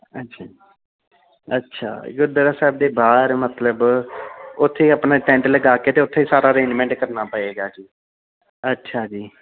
ਅੱਛਾ ਜੀ ਅੱਛਾ ਗੁਰਦੁਆਰਾ ਸਾਹਿਬ ਦੇ ਬਾਹਰ ਮਤਲਬ ਉੱਥੇ ਆਪਣੇ ਟੈਂਟ ਲਗਾ ਕੇ ਅਤੇ ਉੱਥੇ ਸਾਰਾ ਅਰੇਂਜਮੈਂਟ ਕਰਨਾ ਪਵੇਗਾ ਜੀ ਅੱਛਾ ਜੀ